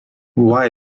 why